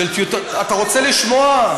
אתה רוצה לשמוע?